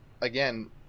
Again